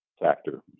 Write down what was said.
factor